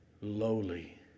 lowly